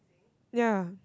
ya